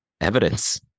evidence